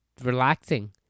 relaxing